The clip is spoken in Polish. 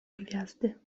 gwiazdy